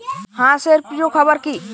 হাঁস এর প্রিয় খাবার কি?